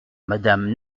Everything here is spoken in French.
madame